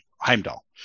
Heimdall